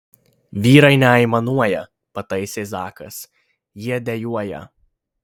vyrai neaimanuoja pataisė zakas jie dejuoja